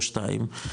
או שניים,